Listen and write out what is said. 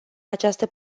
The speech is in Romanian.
această